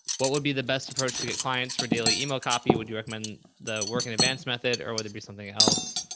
what would be the best approach to get clients for daily email copy? would you recommend the work in advanced method or would it be something else?